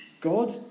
God